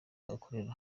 bagakorera